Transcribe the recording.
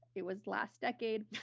it was last decade.